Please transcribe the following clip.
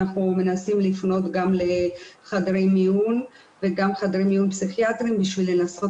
אנחנו מנסים לפנות גם לחדרי מיון וגם לחדרי מיון פסיכיאטריים כדי לנסות